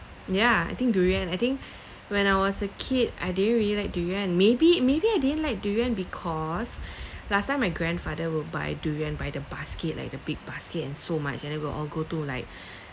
ya I think durian I think when I was a kid I didn't really like durian maybe maybe I didn't like durian because last time my grandfather would buy durian by the basket like the big basket and so much and then we will all go to like